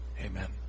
Amen